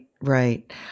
right